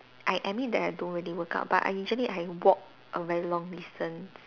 I admit that I don't really work out but I usually I walk a very long distance